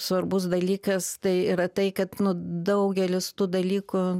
svarbus dalykas tai yra tai kad daugelis tų dalykų